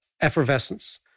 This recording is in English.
effervescence